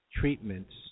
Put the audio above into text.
treatments